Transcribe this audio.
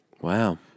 Wow